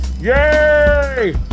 Yay